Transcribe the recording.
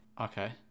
okay